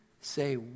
say